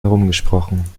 herumgesprochen